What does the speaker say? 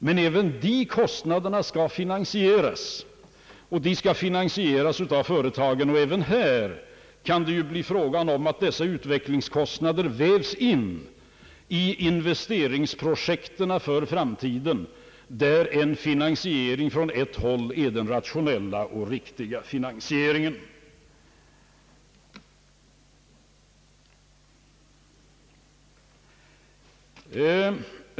Men även utvecklingskostnaderna skall finansieras och då finansieras av företagen. Också här kan det bli fråga om att dessa utvecklingskostnader vävs in i investeringsprojekten för framtiden, där en finansiering från ett håll är den rationella och riktiga finansieringen.